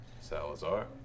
Salazar